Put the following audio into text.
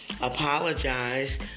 apologize